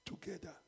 together